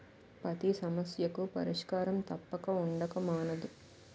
పతి సమస్యకు పరిష్కారం తప్పక ఉండక మానదు